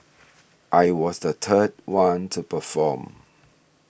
I was the third one to perform